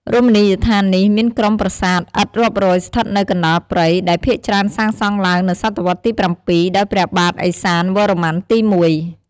រមណីយដ្ឋាននេះមានក្រុមប្រាសាទឥដ្ឋរាប់រយស្ថិតនៅកណ្តាលព្រៃ ដែលភាគច្រើនសាងសង់ឡើងនៅសតវត្សទី ៧ ដោយព្រះបាទឦសានវរ្ម័នទី១។